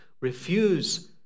refuse